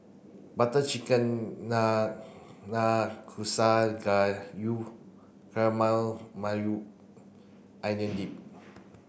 butter Chicken Nanakusa Gayu Maui Onion Dip